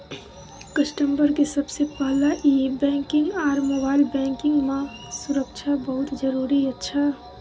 customer के सबसे पहला e banking or mobile banking मां सुरक्षा बहुत जरूरी अच्छा